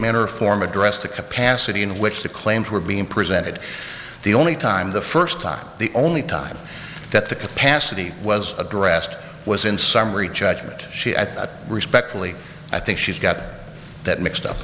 or form addressed the capacity in which the claims were being presented the only time the first time the only time that the capacity was addressed was in summary judgment she at respectfully i think she's got that mixed up